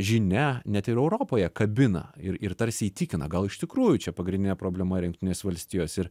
žinia net ir europoje kabina ir ir tarsi įtikina gal iš tikrųjų čia pagrindinė problema ir jungtinės valstijos ir